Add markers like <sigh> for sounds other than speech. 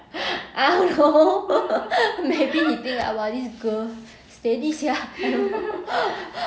<laughs> I don't know maybe he think that !wah! this girl steady sia <laughs>